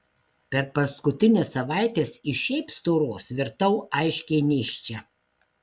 per paskutines savaites iš šiaip storos virtau aiškiai nėščia